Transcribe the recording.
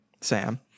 Sam